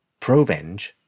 Provenge